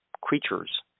creatures